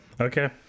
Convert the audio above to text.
Okay